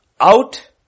out